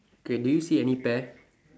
okay do you see any pear